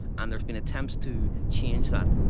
and there has been attempts to change that,